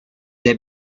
the